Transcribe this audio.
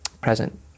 present